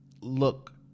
look